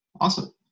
Awesome